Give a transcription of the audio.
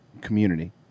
Community